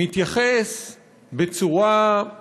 הוא מתייחס בצורה,